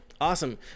awesome